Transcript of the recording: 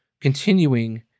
continuing